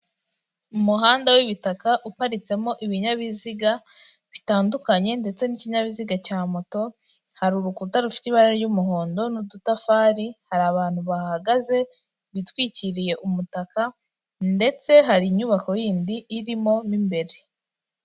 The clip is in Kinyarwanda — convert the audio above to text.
Umuhanda w'ibitaka uparitsemo ibinyabiziga bitandukanye ndetse n'ikinyabiziga cya moto, hari urukuta rufite ibara ry'umuhondo n'udutafari, hari abantu bahahagaze bitwikiriye umutaka, ndetse hari inyubako yindi irimo mo imbere.